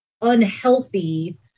unhealthy